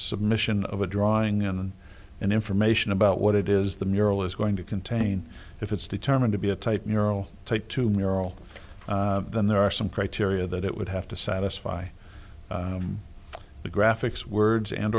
submission of a drawing in information about what it is the mural is going to contain if it's determined to be a type neural tape to murell then there are some criteria that it would have to satisfy the graphics words and